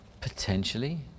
Potentially